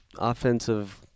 offensive